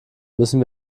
müssen